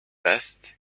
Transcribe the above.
best